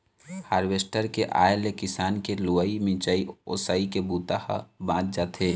harvester के आए ले किसान के लुवई, मिंजई, ओसई के बूता ह बाँच जाथे